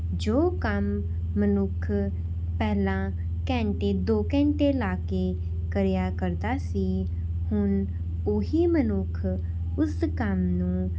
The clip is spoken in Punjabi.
ਜੋ ਕੰਮ ਮਨੁੱਖ ਪਹਿਲਾਂ ਘੰਟੇ ਦੋ ਘੰਟੇ ਲਗਾ ਕੇ ਕਰਿਆ ਕਰਦਾ ਸੀ ਹੁਣ ਉਹੀ ਮਨੁੱਖ ਉਸ ਕੰਮ ਨੂੰ